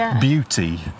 beauty